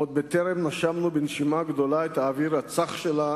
עוד בטרם נשמנו בנשימה גדולה את האוויר הצח שלה,